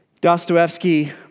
Dostoevsky